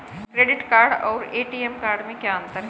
Credit card और ATM card में क्या अंतर है?